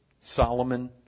Solomon